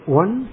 one